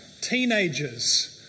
Teenagers